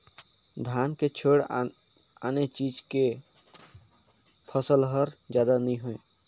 धान के छोयड़ आने चीज के फसल हर जादा नइ होवय